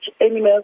animals